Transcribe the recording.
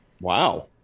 Wow